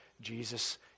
Jesus